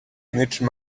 niche